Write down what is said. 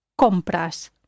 compras